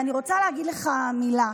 אני רוצה להגיד לך מילה.